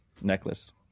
necklace